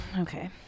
okay